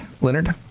Leonard